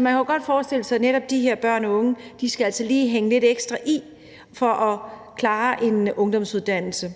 man kunne godt forestille sig, at netop de her børn og unge altså lige skal hænge lidt ekstra i for at klare en ungdomsuddannelse.